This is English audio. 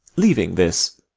leaving this,